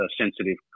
sensitive